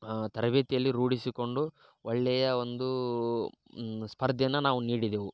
ತರಬೇತಿಯಲ್ಲಿ ರೂಢಿಸಿಕೊಂಡು ಒಳ್ಳೆಯ ಒಂದು ಸ್ಪರ್ಧೆಯನ್ನು ನಾವು ನೀಡಿದೆವು